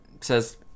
says